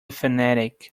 fanatic